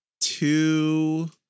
two